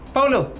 Paulo